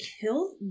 kill